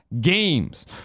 games